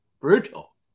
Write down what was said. Brutal